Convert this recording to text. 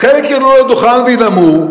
חלק יעלו לדוכן וינאמו.